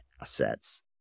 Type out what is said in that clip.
assets